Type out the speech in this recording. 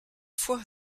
foi